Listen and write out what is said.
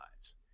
lives